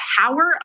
power